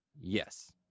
Yes